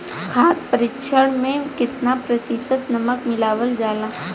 खाद्य परिक्षण में केतना प्रतिशत नमक मिलावल जाला?